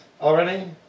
already